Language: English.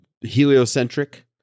heliocentric